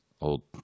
Old